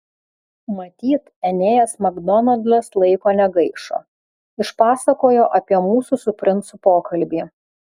matyt enėjas makdonaldas laiko negaišo išpasakojo apie mūsų su princu pokalbį